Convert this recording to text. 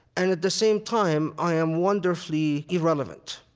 and, at the same time, i am wonderfully irrelevant.